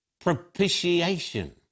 propitiation